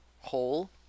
hole